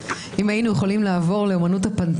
איזו השלכה כדאי שנשים לב אל הדברים האלה?